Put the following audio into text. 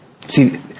See